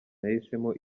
nahisemo